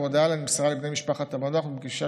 הודעה נמסרה לבני משפחת המנוח בפגישה